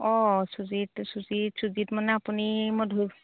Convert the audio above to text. অঁ সুজিত সুজিত সুজিত মানে আপুনি মই ধৰি